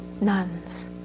nuns